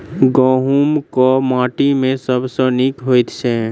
गहूम केँ माटि मे सबसँ नीक होइत छै?